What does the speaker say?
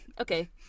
Okay